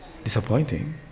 Disappointing